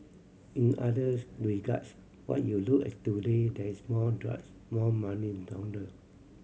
in others regards when you look at today there's more drugs more money laundered